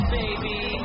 baby